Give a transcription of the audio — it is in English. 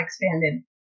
expanded